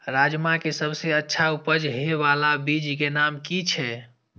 राजमा के सबसे अच्छा उपज हे वाला बीज के नाम की छे?